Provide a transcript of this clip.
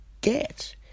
get